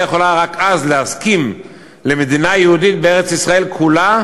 יכולה רק אז להסכים למדינה יהודית בארץ-ישראל כולה,